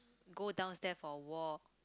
go downstair for a walk